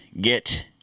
get